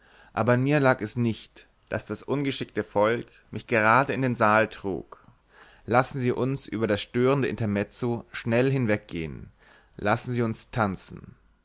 aber an mir lag es nicht daß das ungeschickte volk mich gerade in den saal trug lassen sie uns über das störende intermezzo schnell hinweggehen lassen sie uns tanzen